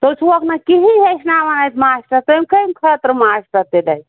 تُہۍ چھُہوکھ نا کِہینۍ ہیٚچھناوان اَتہِ ماسٹر تُہۍ کٔمہِ خٲطرٕ ماسٹر تیٚلہِ اَتہِ